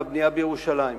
עם הבנייה בירושלים.